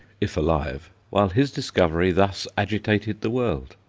if alive, while his discovery thus agitated the world.